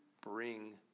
bring